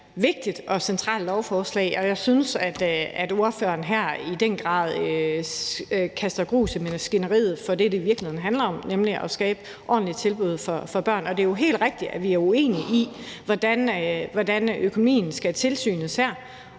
vigtigt og centralt lovforslag, og jeg synes, at spørgeren her i den grad kaster grus i maskineriet i forhold til det, det i virkeligheden handler om, nemlig at skabe ordentlige tilbud for børn. Og det er jo helt rigtigt, at vi er uenige om, hvordan der her skal være tilsyn med